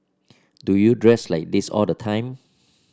do you dress like this all the time